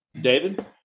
david